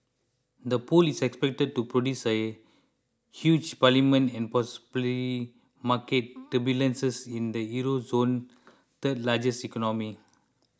the poll is expected to produce a huge parliament and possibly market turbulences in the Euro zone's third largest economy